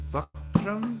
Vakram